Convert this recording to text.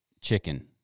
chicken